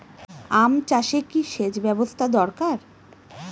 আম চাষে কি সেচ ব্যবস্থা দরকার?